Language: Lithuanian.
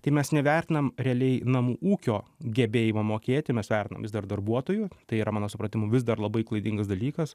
tai mes nevertinam realiai namų ūkio gebėjimo mokėti mes vertinam vis dar darbuotojų tai yra mano supratimu vis dar labai klaidingas dalykas